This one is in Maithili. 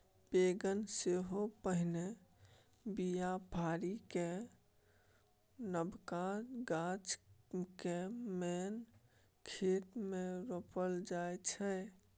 बेगन सेहो पहिने बीया पारि कए नबका गाछ केँ मेन खेत मे रोपल जाइ छै